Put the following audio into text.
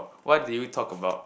what did you talk about